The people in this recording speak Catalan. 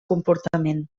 comportament